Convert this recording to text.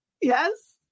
Yes